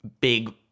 big